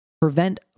prevent